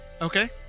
Okay